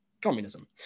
communism